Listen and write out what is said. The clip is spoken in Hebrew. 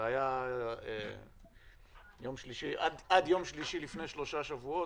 זה היה עד יום שלישי לפני שלושה שבועות